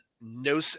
no